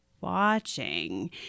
watching